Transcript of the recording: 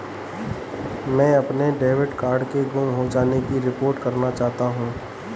मैं अपने debit card के गुम हो जाने की रिपोर्ट करना चाहता हूँ